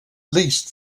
least